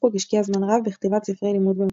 גינזבורג השקיע זמן רב בכתיבת ספרי לימוד במתמטיקה,